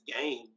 game